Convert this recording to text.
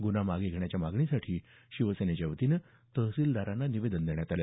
गुन्हा मागे घेण्याच्या मागणीसाठी शिवसेनेच्या वतीनं तहसीलदारांना निवेदन देण्यात आलं